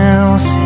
else